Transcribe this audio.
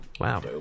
Wow